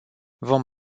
vom